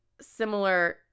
similar